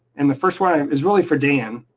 and the first one is really for dan,